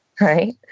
right